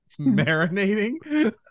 Marinating